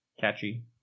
Catchy